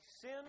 sin